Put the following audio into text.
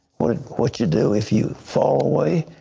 what what you do if you fall away